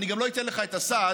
ואני לא אתן לך את הסעד